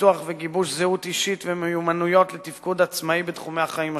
פיתוח וגיבוש זהות אישית ומיומנויות לתפקוד עצמאי בתחומי החיים השונים.